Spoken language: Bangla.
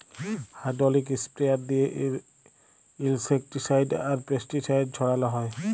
হাইড্রলিক ইস্প্রেয়ার দিঁয়ে ইলসেক্টিসাইড আর পেস্টিসাইড ছড়াল হ্যয়